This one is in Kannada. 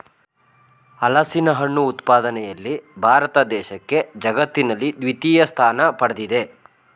ಹಲಸಿನಹಣ್ಣು ಉತ್ಪಾದನೆಯಲ್ಲಿ ಭಾರತ ದೇಶಕ್ಕೆ ಜಗತ್ತಿನಲ್ಲಿ ದ್ವಿತೀಯ ಸ್ಥಾನ ಪಡ್ದಿದೆ